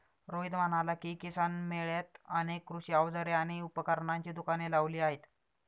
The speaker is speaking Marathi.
रोहित म्हणाला की, किसान मेळ्यात अनेक कृषी अवजारे आणि उपकरणांची दुकाने लावली आहेत